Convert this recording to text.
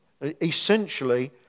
Essentially